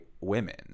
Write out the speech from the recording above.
women